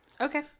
Okay